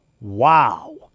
Wow